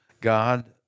God